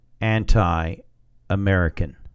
anti-American